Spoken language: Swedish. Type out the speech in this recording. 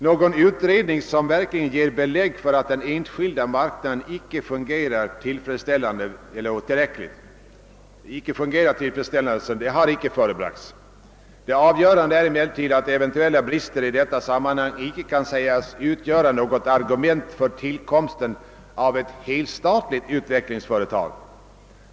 Någon utredning som verkligen ger belägg för att den enskilda marknaden icke fungerar tillfredsställande har icke förebragts. Det avgörande är emellertid att eventuella brister i detta sammanhang icke kan sägas utgöra något argument för tillkomsten av ett helstatligt utvecklingsbolag.